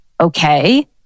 okay